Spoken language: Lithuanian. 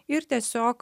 ir tiesiog